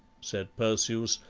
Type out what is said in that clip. said perseus,